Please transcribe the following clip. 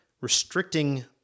restricting